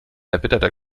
erbitterter